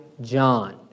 John